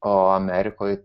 o amerikoj